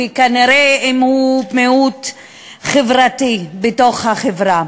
וכנראה אם הוא מיעוט חברתי בתוך החברה.